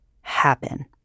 happen